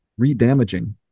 redamaging